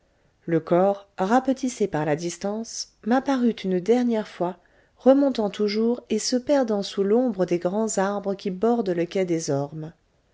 le corps rapetissé par la distance m'apparut une dernière fois remontant toujours et se perdant sous l'ombre des grands arbres qui bordent le quai des ormes